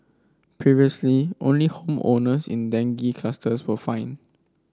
previously only home owners in dengue clusters were fined